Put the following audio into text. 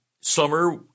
summer